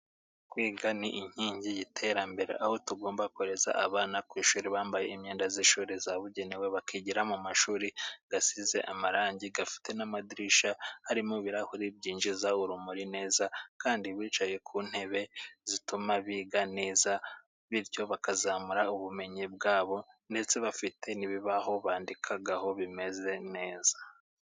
Kwiga ni inkingi y'iterambere, aho tugomba kohereza abana ku ishuri bambaye imyenda y'ishuri zabugenewe, bakigira mu mashuri asize amarangi, afite n'amadirishya arimo ibirahuri byinjiza urumuri neza, kandi bicaye ku ntebe zituma biga neza, bityo bakazamura ubumenyi bwabo, ndetse bafite n'ibibaho bandikaho bimeze neza.